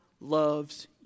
loves